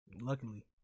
Luckily